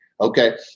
Okay